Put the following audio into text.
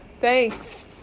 Thanks